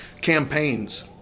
campaigns